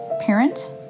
parent